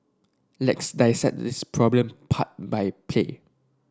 let's dissect this problem part by play